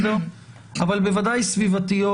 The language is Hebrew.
אבל, בוודאי, סביבתיות.